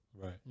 Right